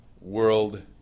World